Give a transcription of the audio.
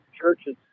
churches